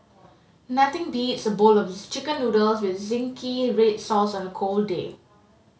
nothing beats a bowl of chicken noodles with zingy red sauce on a cold day